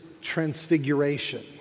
transfiguration